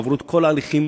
עברו את כל ההליכים.